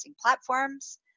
platforms